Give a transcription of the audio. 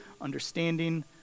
understanding